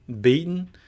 beaten